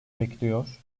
bekliyor